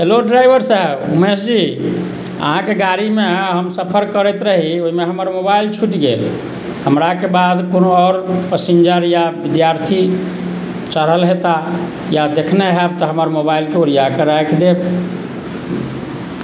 hello driver साहब महेश जी अहाँकेँ गाड़ीमे हम सफर करैत रही ओहिमे हमर मोबाइल छुटि गेल हमराके बाद केओ आओर पसीन्जर या विद्यार्थी चढ़ल हेताह या देखने होयब तऽ हमर मोबाइलके ओरिआके राखि देब